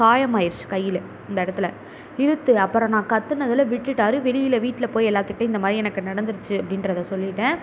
காயமாகிருச்சு கையில் இந்த இடத்துல இழுத்து அப்புறம் நான் கத்தினதுல விட்டுட்டார் வெளியில் வீட்டில் போய் எல்லோத்துக்கிட்டையும் இந்த மாதிரி எனக்கு நடந்துடுச்சு அப்படின்றத சொல்லிவிட்டேன்